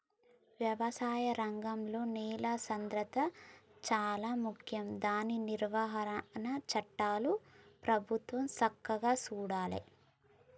వ్యవసాయ రంగంలో నేల సాంద్రత శాలా ముఖ్యం దాని నిర్వహణ చట్టాలు ప్రభుత్వం సక్కగా చూడాలే